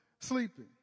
sleeping